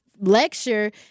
lecture